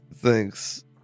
thanks